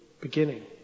beginning